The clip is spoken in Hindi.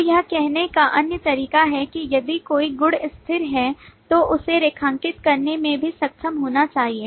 तो यह कहने का अन्य तरीका है कि यदि कोई गुणस्थिर है तो उसे रेखांकित करने में भी सक्षम होना चाहिए